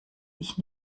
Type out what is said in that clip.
ich